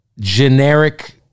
Generic